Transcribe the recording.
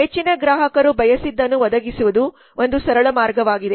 ಹೆಚ್ಚಿನ ಗ್ರಾಹಕರು ಬಯಸಿದ್ದನ್ನು ಒದಗಿಸುವುದು ಒಂದು ಸರಳ ಮಾರ್ಗವಾಗಿದೆ